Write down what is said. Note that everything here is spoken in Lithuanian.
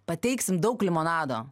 pateiksim daug limonado